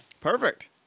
perfect